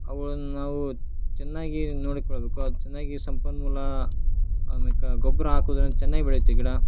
ಅವುಗಳನ್ನು ನಾವು ಚೆನ್ನಾಗಿ ನೋಡಿಕೊಳ್ಳಬೇಕು ಅದು ಚೆನ್ನಾಗಿ ಸಂಪನ್ಮೂಲ ಆಮ್ಯಾಕ ಗೊಬ್ಬರ ಹಾಕುದ್ರಿಂದ ಚೆನ್ನಾಗಿ ಬೆಳೆಯುತ್ತೆ ಗಿಡ